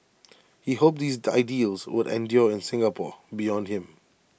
he hoped these would endure in Singapore beyond him